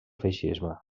feixisme